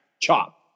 chop